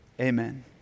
amen